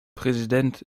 präsident